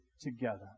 together